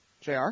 JR